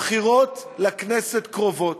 הבחירות לכנסת קרובות.